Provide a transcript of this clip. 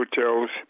hotels